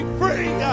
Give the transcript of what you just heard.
free